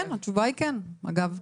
כן, התשובה היא כן, אגב.